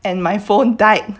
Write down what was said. and my phone died